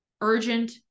Urgent